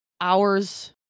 hours